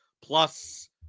plus